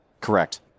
Correct